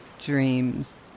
dreams